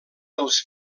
dels